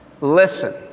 Listen